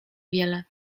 wiele